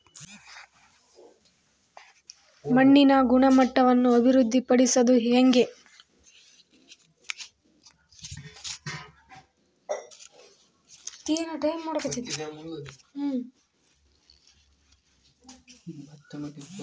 ಮಣ್ಣಿನ ಗುಣಮಟ್ಟವನ್ನು ಅಭಿವೃದ್ಧಿ ಪಡಿಸದು ಹೆಂಗೆ?